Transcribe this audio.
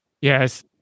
yes